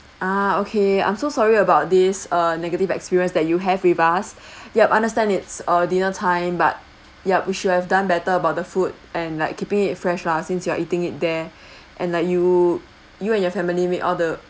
ah okay I'm so sorry about this err negative experience that you have with us yup understand it's err dinner time but yup we should have done better about the food and like keeping it fresh lah since you are eating it there and like you you and your family made all the